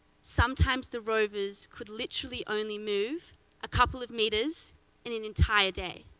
sometimes the rovers could literally only move a couple of meters in an entire day.